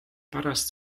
pärast